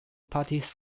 parties